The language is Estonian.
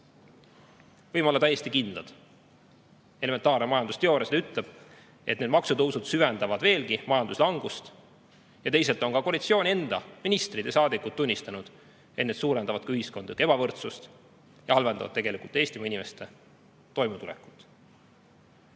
Võime olla täiesti kindlad – elementaarne majandusteooria ütleb seda –, et need maksutõusud süvendavad veelgi majanduslangust. Ja teisalt on ka koalitsiooni enda ministrid ja saadikud tunnistanud, et need suurendavad ühiskonna ebavõrdsust ja halvendavad tegelikult Eestimaa inimeste toimetulekut.